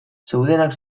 zeudenak